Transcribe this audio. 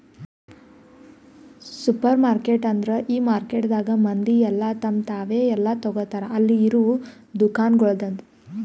supermarket ಅಂದುರ್ ಈ ಮಾರ್ಕೆಟದಾಗ್ ಮಂದಿ ಎಲ್ಲಾ ತಮ್ ತಾವೇ ಎಲ್ಲಾ ತೋಗತಾರ್ ಅಲ್ಲಿ ಇರವು ದುಕಾನಗೊಳ್ದಾಂದು